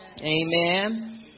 Amen